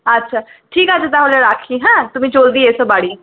আচ্ছা ঠিক আছে তাহলে রাখি হ্যাঁ তুমি জলদি এসো বাড়ি